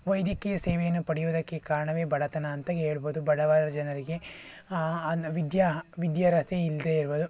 ವೈದ್ಯಕೀಯ ಸೇವೆಯನ್ನು ಪಡೆಯುವುದಕ್ಕೆ ಕಾರಣವೇ ಬಡತನ ಅಂತ ಹೇಳ್ಬೋದು ಬಡವರ ಜನರಿಗೆ ಅನ್ನ ವಿದ್ಯಾ ವಿದ್ಯಾರ್ಹತೆ ಇಲ್ಲದೇ ಇರ್ಬೋದು